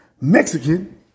Mexican